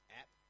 app